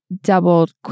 doubled